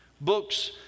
books